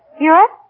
Europe